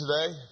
today